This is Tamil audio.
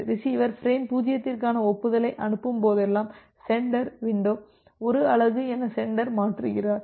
ரிசீவர் ஃபிரேம் 0 க்கான ஒப்புதலை அனுப்பும் போதெல்லாம் சென்டர் வின்டோ 1 அலகு என சென்டர் மாற்றுகிறார்